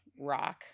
Rock